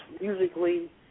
musically